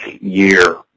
year